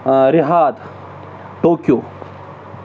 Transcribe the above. رِحاد Tokyo